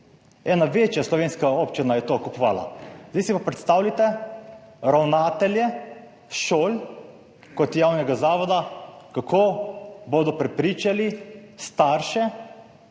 Ena večja slovenska občina je to kupovala. Zdaj si pa predstavljajte ravnatelje šol kot javnih zavodov, kako bodo prepričali starše,